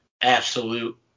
absolute